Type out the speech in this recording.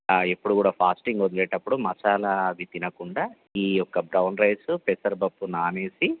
ఎప్పుడు కూడా ఫాస్టింగ్ వదిలేటప్పుడు మసాలా అవి తినకుండ ఈ యొక్క బ్రౌన్ రైసు పెసరపప్పు నానేసి